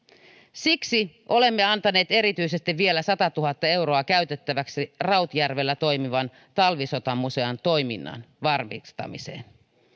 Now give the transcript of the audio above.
siksi olemme antaneet erityisesti vielä satatuhatta euroa käytettäväksi rautjärvellä toimivan talvisotamuseon toiminnan varmistamiseen